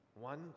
one